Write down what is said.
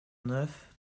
neuf